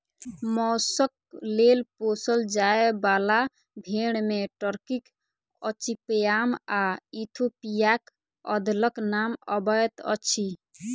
मौसक लेल पोसल जाय बाला भेंड़ मे टर्कीक अचिपयाम आ इथोपियाक अदलक नाम अबैत अछि